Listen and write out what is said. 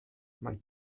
man